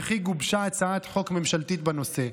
וכן גובשה הצעת חוק ממשלתית בנושא.